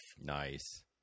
Nice